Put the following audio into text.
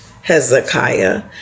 Hezekiah